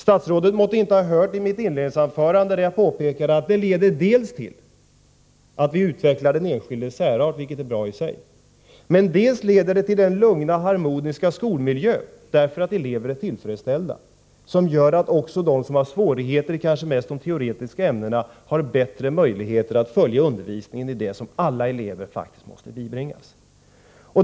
Statsrådet måtte inte ha hört när jag i mitt inledningsanförande påpekade att det leder dels till att vi utvecklar den enskildes särart, vilket är bra i sig, dels också till en lugn, harmonisk skolmiljö — därför att elever är tillfredsställda — som gör att de som har svårigheter i kanske mest de teoretiska ämnena har bättre möjligheter att följa undervisningen i det som faktiskt alla elever måste bibringas.